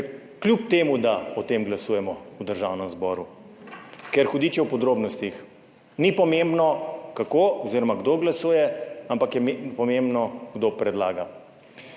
kljub temu da o tem glasujemo v Državnem zboru. Ker hudič je v podrobnostih. Ni pomembno, kako oziroma kdo glasuje, ampak je pomembno, kdo predlaga.